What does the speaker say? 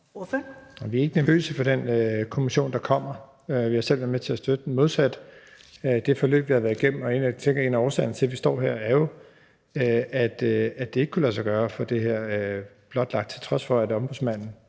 Vi er ikke nervøse for den kommission, der kommer. Vi har selv været med til at støtte den – modsat det forløb, vi har været igennem. En af årsagerne til, at vi står her, er jo, at det ikke kunne lade sig gøre at få det her blotlagt til trods for Ombudsmanden,